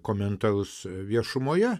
komentarus viešumoje